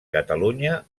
catalunya